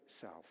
self